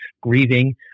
grieving